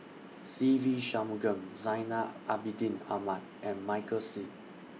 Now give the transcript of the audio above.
Se Ve Shanmugam Zainal Abidin Ahmad and Michael Seet